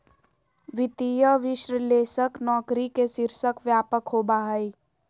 वित्तीय विश्लेषक नौकरी के शीर्षक व्यापक होबा हइ